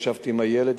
ישבתי עם הילד,